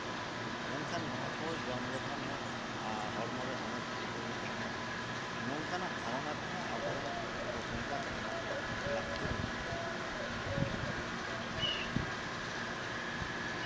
ᱢᱮᱱᱠᱷᱟᱱ ᱱᱚᱣᱟ ᱠᱚ ᱡᱚᱢ ᱞᱮᱠᱷᱟᱱ ᱦᱚᱸ ᱦᱚᱲᱢᱚ ᱨᱮ ᱚᱱᱮᱠ ᱯᱨᱳᱴᱤᱱᱮ ᱮᱢᱟ ᱱᱚᱝᱠᱟᱱᱟᱜ ᱫᱷᱟᱨᱚᱱᱟ ᱠᱚᱦᱚᱸ ᱟᱵᱚ ᱠᱚᱨᱮᱱ ᱯᱚᱼᱯᱚᱝᱲᱟ ᱠᱚ ᱮᱢᱟ ᱠᱚ ᱞᱟᱹᱠᱛᱤ ᱢᱮᱱᱟᱜ ᱛᱟᱵᱚᱱᱟ